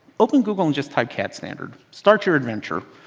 open google and just type cad standard. start your adventure.